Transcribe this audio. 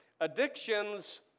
Addictions